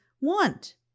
want